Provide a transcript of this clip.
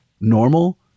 normal